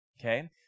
okay